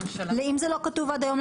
אם זה לא כתוב עד היום,